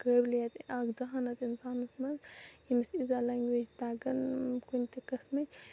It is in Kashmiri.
قٲبلِیَت اَکھ زَہانَت اِنسانَس مَنز ییٚمِس یٖژاہ لَنگویجہٕ تَگَن کُنہِ تہِ قٕسمٕچ